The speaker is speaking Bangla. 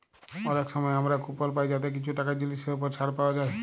অলেক সময় আমরা কুপল পায় যাতে কিছু টাকা জিলিসের উপর ছাড় পাউয়া যায়